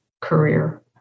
career